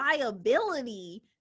liability